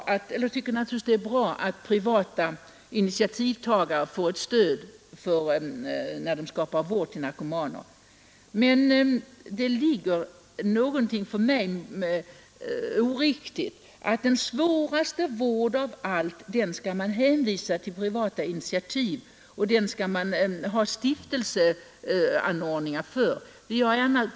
Naturligtvis tycker jag det är bra att privata initiativtagare får stöd i sin strävan att ordna vårdmöjligheter för narkomaner, men för mig ligger det något oriktigt i att den svåraste vården av alla hänvisas till privata initiativ och att man på den sidan skall inrätta stiftelser och liknande för att ordna vården.